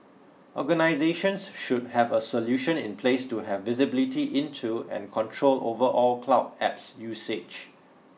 organisations should have a solution in place to have visibility into and control over all cloud apps usage